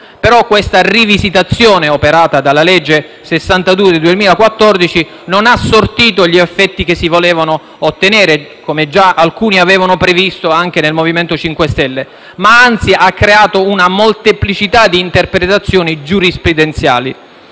Però questa rivisitazione, operata dalla legge n. 62 del 2014, non ha sortito gli effetti che si volevano ottenere - come già alcuni avevano previsto anche nel MoVimento 5 Stelle - ma, anzi, ha creato una molteplicità di interpretazioni giurisprudenziali.